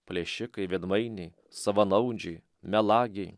plėšikai veidmainiai savanaudžiai melagiai